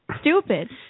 stupid